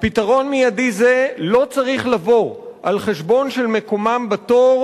פתרון מיידי זה לא צריך לבוא על חשבון של מקומם בתור